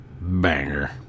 banger